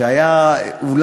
אס"ק דווקא.